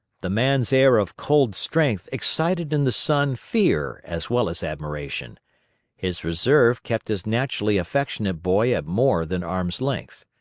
the man's air of cold strength excited in the son fear as well as admiration his reserve kept his naturally affectionate boy at more than arm's length.